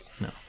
no